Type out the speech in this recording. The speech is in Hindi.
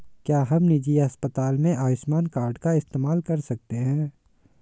क्या हम निजी अस्पताल में आयुष्मान कार्ड का इस्तेमाल कर सकते हैं?